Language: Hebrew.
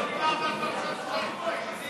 עוד לא דיברת על פרשת השבוע, ידידי.